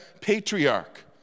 patriarch